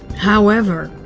however.